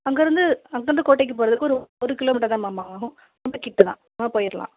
அங்கேருந்து அங்கேருந்து கோட்டைக்கு போகிறதுக்கு ஒரு ஒரு கிலோமீட்டர் தான் மேம் ஆகும் ரொம்ப கிட்டே தான் ஆ போயிடலாம்